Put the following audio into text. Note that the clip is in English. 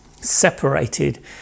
separated